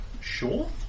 Sure